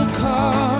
car